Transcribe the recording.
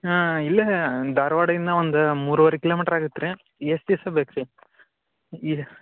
ಹಾಂ ಇಲ್ಲ ಧಾರ್ವಾಡದಿಂದ ಒಂದು ಮೂರುವರೆ ಕಿಲೋಮೀಟ್ರ್ ಆಗತ್ತೆ ರೀ ಎಷ್ಟು ದಿವ್ಸ ಬೇಕು ರೀ